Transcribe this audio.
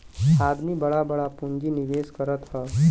आदमी बड़ा बड़ा पुँजी निवेस करत हौ